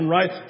Right